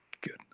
good